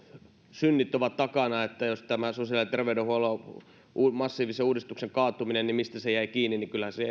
synnit ovat takana että tämä sosiaali ja terveydenhuollon massiivinen uudistus kaatui mistä se jäi kiinni kyllähän se